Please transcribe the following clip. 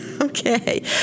Okay